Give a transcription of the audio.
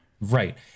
Right